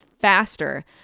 faster